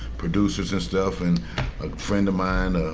producers and stuff and a friend of mine,